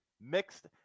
Mixed